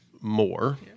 more